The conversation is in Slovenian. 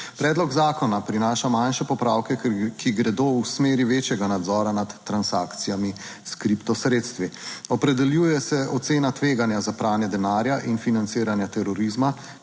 Predlog zakona prinaša manjše popravke, ki gredo v smeri večjega nadzora nad transakcijami s kripto sredstvi. Opredeljuje se ocena tveganja za pranje denarja in financiranja terorizma,